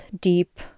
deep